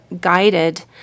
guided